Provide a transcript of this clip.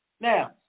Now